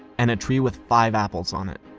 and a tree with five apples on it.